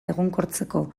egonkortzeko